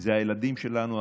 אלה הילדים שלנו,